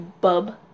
bub